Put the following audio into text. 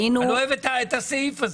אני לא אוהב את הסעיף הזה.